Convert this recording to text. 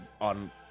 on